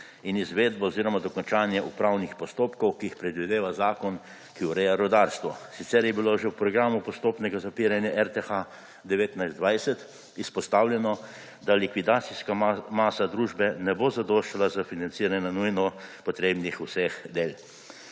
in izvedba oziroma dokončanje upravnih postopkov, ki jih predvideva zakon, ki ureja rudarstvo. Sicer je bilo že v programu postopnega zapiranja RTH 2019–2020 izpostavljeno, da likvidacijska masa družbe ne bo zadoščala za financiranje vseh nujno potrebnih del.